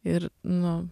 ir nu